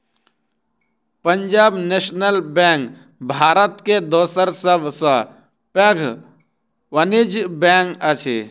Punjab national bank Bharat के दोसर सब सॅ पैघ वाणिज्य बैंक अछि